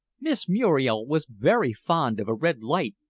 miss muriel was very fond of a red light,